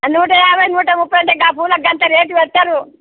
నూట యాభై నూట ముప్పై అంటే ఆ పూలకి అంత రేట్ పెట్టరు